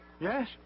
Yes